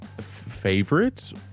favorites